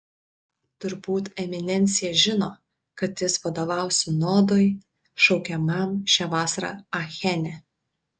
turbūt eminencija žino kad jis vadovaus sinodui šaukiamam šią vasarą achene